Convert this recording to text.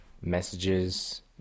messages